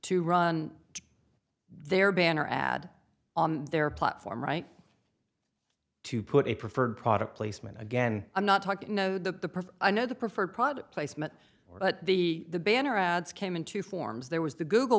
to run their banner ad on their platform right to put a preferred product placement again i'm not talking the i know the preferred product placement or but the banner ads came in two forms there was the google